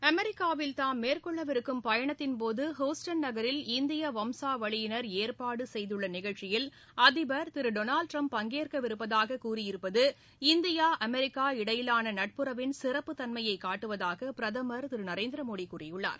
அமெரிக்காவில் தாம் மேற்கொள்ளவிருக்கும் பயணத்தின்போது ஹுஸ்டன் நகரில் இந்திய வம்சாவளியினர் ஏற்பாடு செய்துள்ள நிகழ்ச்சியில் அதிபர் திரு டொனல்டு ட்ரம்ப் பங்கேற்பதாக கூறியிருப்பது இந்தியா அமெரிக்கா இடையேயான நட்புறவின் சிறப்பு தன்மையை காட்டுவதாக பிரதமர் திரு நரேந்திர மோடி கூறியுள்ளார்